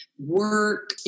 work